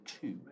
two